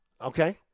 okay